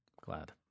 glad